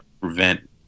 prevent